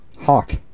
Hawk